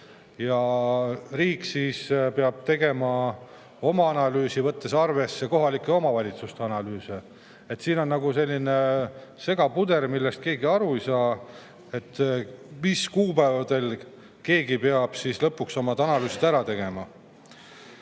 ja riik peab tegema oma analüüsi, võttes arvesse kohalike omavalitsuste analüüse. Siin on selline segapuder, millest keegi aru ei saa: mis kuupäevadeks ikkagi keegi peab lõpuks omad analüüsid ära tegema?